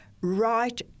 right